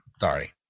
Sorry